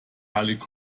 hallig